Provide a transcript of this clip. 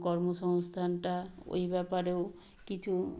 কর্মসংস্থানটা ওই ব্যাপারেও কিছু